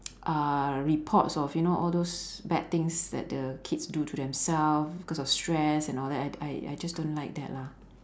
uh reports of you know all those bad things that the kids do to themselves because of stress and all that I I I just don't like that lah